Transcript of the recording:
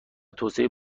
توسعه